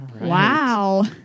Wow